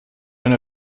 eine